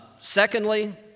Secondly